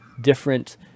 different